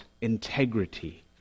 Integrity